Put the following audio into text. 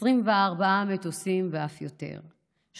24 מטוסים ואף יותר,